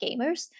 gamers